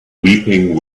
weeping